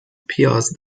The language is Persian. پیاز